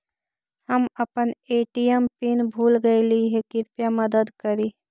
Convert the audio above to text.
हम अपन ATM pin भूल गईली हे, कृपया मदद करी